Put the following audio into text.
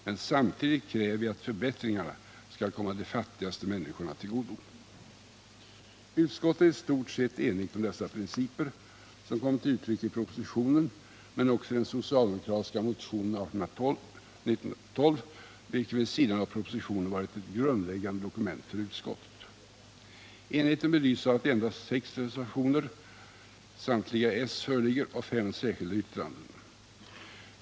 Men samtidigt kräver vi att förbättringarna skall komma de fattigaste människorna till godo. Utskottet är i stort sett enigt om dessa principer, som kommit till uttryck i propositionen men också i den socialdemokratiska motionen 1912, vilken vid sidan av propositionen varit ett grundläggande dokument för utskottet. Enigheten belyses av att endast sex reservationer, samtliga s, och fem särskilda yttranden föreligger.